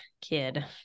kid